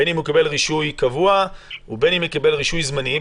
בין אם הוא קיבל רישוי קבוע ובין אם הוא קיבל רישוי זמני,